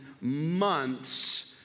months